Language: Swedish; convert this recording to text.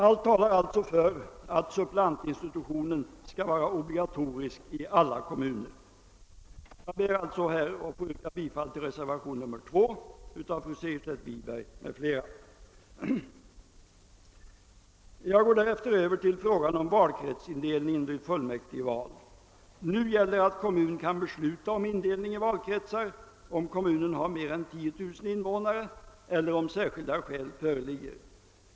Allt talar alltså för att suppleantinstitutionen skall vara obligatorisk i alla kommuner. Jag ber alltså att få yrka bifall till reservation 2 av fru Segerstedt Wiberg i. fl Jag går därefter över till frågan om valkretsindelningen vid fullmäktigeval. Nu gäller att kommun kan besluta om indelning i valkretsar om kommunen har mer än 10000 invånare eller om särskilda skäl föreligger.